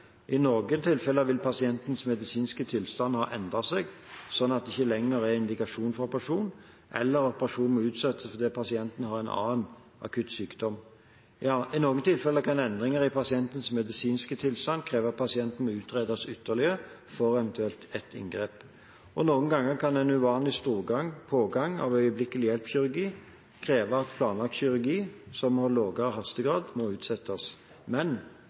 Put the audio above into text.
I noen tilfeller vil pasientens medisinske tilstand ha endret seg, slik at det ikke lenger er indikasjon for operasjon, eller operasjonen må utsettes fordi pasienten har annen akutt sykdom. I noen tilfeller kan endring i pasientens medisinske tilstand kreve at pasienten må utredes ytterligere før et eventuelt inngrep. Noen ganger kan uvanlig stor pågang av øyeblikkelig-hjelp-kirurgi kreve at planlagt kirurgi som har lavere hastegrad, må utsettes. Men